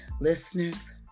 listeners